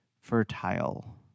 Fertile